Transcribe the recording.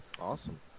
awesome